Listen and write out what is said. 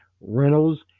Reynolds